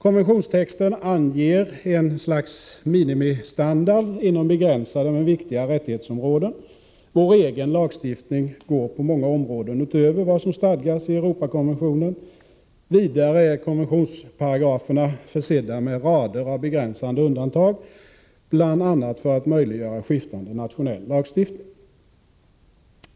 Konventionstexten anger ett slags minimistandard inom begränsade men viktiga rättighetsområden. Vår egen lagstiftning går på många områden utöver vad som stadgas i Europakonventionen. Vidare är konventionsparagraferna försedda med rader av begränsande undantag, bl.a. för att möjliggöra skiftande nationell lagstiftning.